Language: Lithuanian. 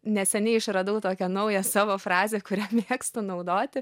neseniai išradau tokią naują savo frazę kurią mėgstu naudoti